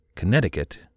Connecticut